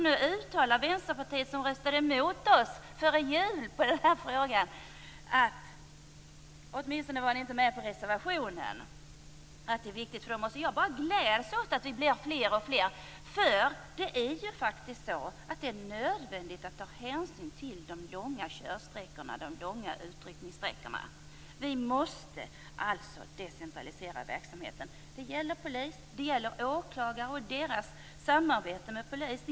Nu uttalar Vänsterpartiet, som före jul röstade emot oss i frågan - åtminstone var man inte med på reservationen - att det här är viktigt. Jag gläds över att vi blir fler och fler. Det är faktiskt nödvändigt att ta hänsyn till de långa kör och utryckningssträckorna. Vi måste alltså decentralisera verksamheten. Det gäller polisen. Det gäller åklagarna och deras samarbete med polisen.